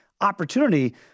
opportunity